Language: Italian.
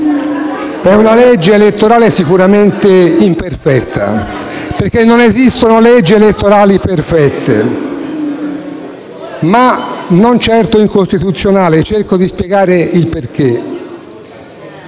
è una legge elettorale sicuramente imperfetta, perché non esistono leggi elettorali perfette, ma non certo incostituzionale. E cerco di spiegarne le